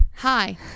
Hi